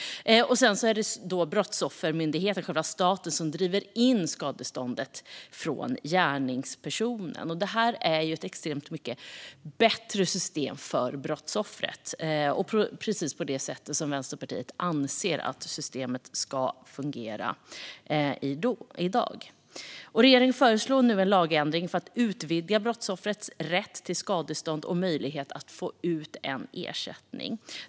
Sedan är det myndigheten, staten, som driver in skadeståndet från gärningspersonen. Detta är ett system som är extremt mycket bättre för brottsoffret och som fungerar precis så som Vänsterpartiet anser att det ska fungera i dag. Regeringen föreslår nu en lagändring för att utvidga brottsoffrets rätt till skadestånd och möjligheten att få ut ersättning.